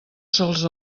sols